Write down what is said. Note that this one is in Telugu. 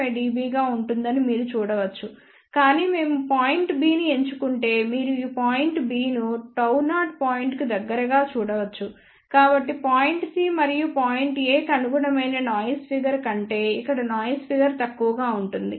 5 dB గా ఉంటుందని మీరు చూడవచ్చు కాని మేము పాయింట్ B ని ఎంచుకుంటే మీరు ఈ పాయింట్ B ను Γ0 పాయింట్ కు దగ్గరగా చూడవచ్చు కాబట్టి పాయింట్ C మరియు పాయింట్ A కి అనుగుణమైన నాయిస్ ఫిగర్ కంటే ఇక్కడ నాయిస్ ఫిగర్ తక్కువగా ఉంటుంది